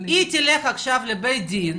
היא תלך עכשיו לבית דין,